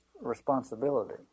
responsibility